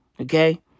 Okay